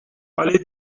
allée